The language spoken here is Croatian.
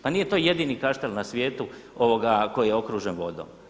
Pa nije to jedini kaštel na svijetu koji je okružen vodom.